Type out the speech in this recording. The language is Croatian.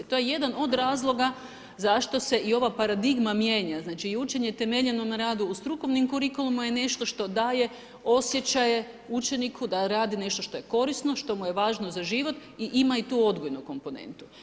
I to je jedan od razloga zašto se i ova paradigma mijenja, znači i učenje temeljeno na radu u strukovnim kurikulumima je nešto što daje osjećaje učeniku da radi nešto što je korisno, što mu je važno za život i ima i tu odgojnu komponentu.